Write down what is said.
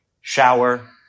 Shower